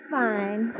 fine